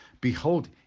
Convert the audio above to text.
behold